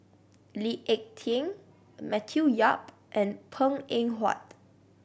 Lee Ek Tieng Matthew Yap and Png Eng Huat